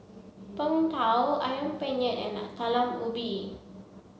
Png Tao Ayam Penyet and a Talam Ubi